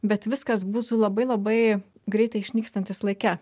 bet viskas būtų labai labai greitai išnykstantis laike